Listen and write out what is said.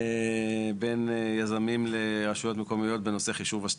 בין יזמים לרשויות מקומיות בנושא חישוב השטחים.